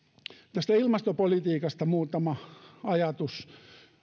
tästä ilmastopolitiikasta muutama ajatus